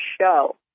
show